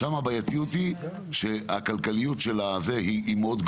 שם הבעייתיות היא שהכלכליות של הזה היא מאוד,